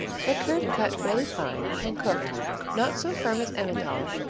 the curd cut fairly fine and cooked not so firm as emmentaler,